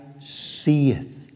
seeth